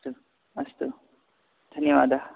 अस्तु अस्तु धन्यवादः